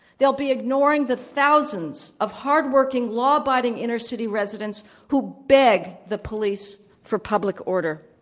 they'll be ignoring the thousands of hard-working, law-abiding inner city residents who beg the police for public order.